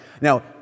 Now